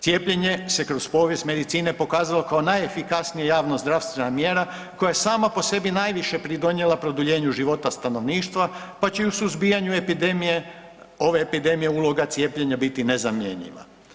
Cijepljenje se kroz povijest medicine pokazalo kao najefikasnija javno-zdravstvena mjera koja je sama po sebi najviše pridonijela produljenju života stanovništva pa će i u suzbijanju ove epidemije, uloga cijepljenja biti nezamjenjiva.